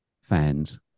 fans